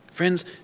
Friends